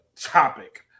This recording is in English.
topic